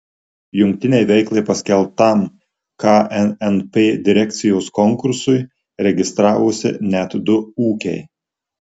jungtinei veiklai paskelbtam knnp direkcijos konkursui registravosi net du ūkiai